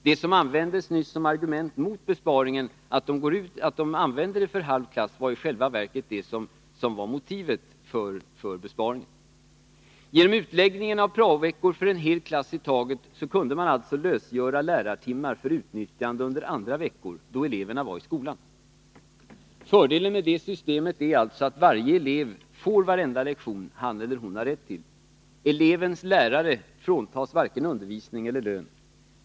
Det som nyss användes som argument mot besparingen, att praon använts för halv klass, var i själva verket motivet för besparingen. Genom utläggning av prao-veckor för en hel klass i taget kunde lärartimmar lösgöras för utnyttjande under andra veckor, då eleverna var i skolan. Fördelen med detta system är alltså att varje elev får varenda lektion han eller hon har rätt till. Elevens lärare fråntas varken undervisning eller lön.